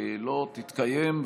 לא תתקיים,